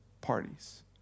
parties